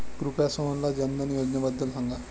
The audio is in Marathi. कृपया सोहनला जनधन योजनेबद्दल सांगा